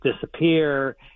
disappear